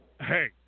Hey